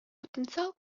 потенциал